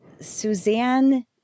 Suzanne